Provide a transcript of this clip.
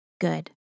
good